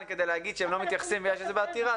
כדי להגיד שהם לא מתייחסים בגלל שיש שזה בעתירה,